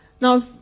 Now